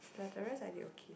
but the rest I did okay